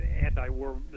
anti-war